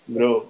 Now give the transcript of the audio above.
Bro